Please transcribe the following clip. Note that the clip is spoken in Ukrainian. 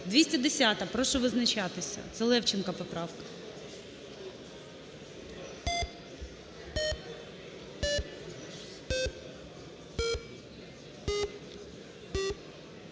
210-а, прошу визначатись. Це Левченка поправка.